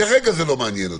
כרגע זה לא מעניין אותי.